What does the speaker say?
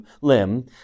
limb